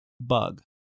bug